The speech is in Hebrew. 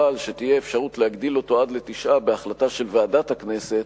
אבל שתהיה אפשרות להגדיל אותו עד לתשעה בהחלטה של ועדת הכנסת,